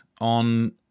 on